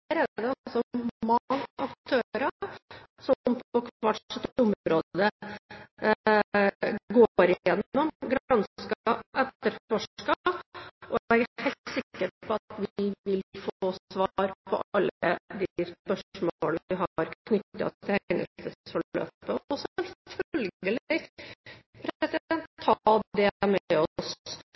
det mange aktører som på hvert sitt område går gjennom, gransker og etterforsker, og jeg er helt sikker på at vi vil få svar på alle de spørsmålene vi har knyttet til hendelsesforløpet, og vil selvfølgelig ta det med oss som læring i det videre arbeidet. Tidligere i